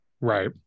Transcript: Right